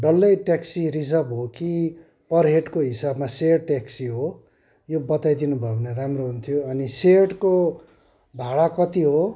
यो डल्लै taxi reserve हो कि पर हेडको हिसाबमा सेयर ट्याक्सी हो यो बताइदिनु भयो भने राम्रो हुन्थ्यो अनि सेयरडको भाडा कति हो